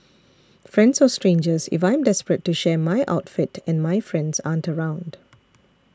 friends or strangers if I am desperate to share my outfit and my friends aren't around